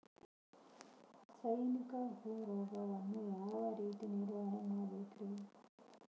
ಸೈನಿಕ ಹುಳು ರೋಗವನ್ನು ಯಾವ ರೇತಿ ನಿರ್ವಹಣೆ ಮಾಡಬೇಕ್ರಿ?